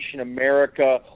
America